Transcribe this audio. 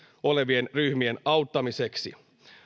olevien ryhmien auttamiseksi